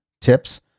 tips